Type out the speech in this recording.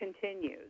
continues